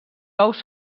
ous